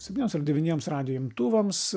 septynios ar devyniems radijo imtuvams